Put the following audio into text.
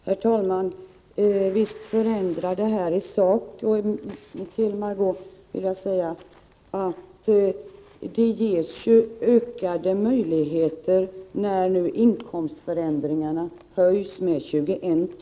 Herr talman! Visst förändrar detta i sak. Det ges ökade möjligheter när inkomstgränserna höjs.